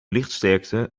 lichtsterkte